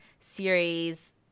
series